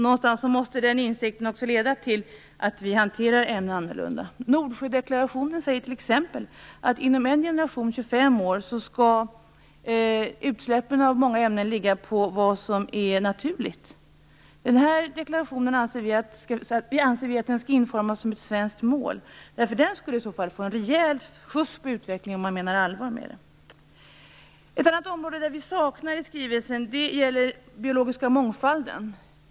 Någonstans måste den insikten leda till att vi hanterar ämnen annorlunda. Nordsjödeklarationen säger t.ex. att inom en generation om 25 år skall utsläppen av många ämnen ligga på vad som är naturligt. Den här deklarationen anser vi skall utformas som ett svenskt mål, därför att den skulle ge utvecklingen en rejäl skjuts, om man nu menar allvar med detta. Ett annat område som vi saknar i skrivelsen är den biologiska mångfalden.